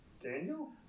daniel